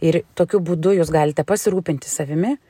ir tokiu būdu jūs galite pasirūpinti savimi